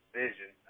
vision